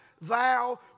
thou